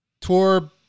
Tour